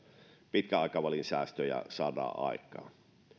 pitkän aikavälin säästöjä saadaan aikaan